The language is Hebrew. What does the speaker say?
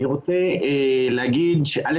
אני רוצה להגיד שא.